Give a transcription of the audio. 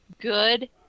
good